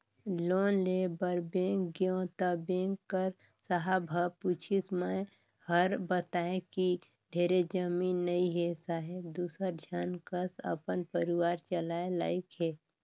loan लेय बर bank गेंव त बेंक कर साहब ह पूछिस मै हर बतायें कि ढेरे जमीन नइ हे साहेब दूसर झन कस अपन परिवार चलाय लाइक हे